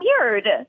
weird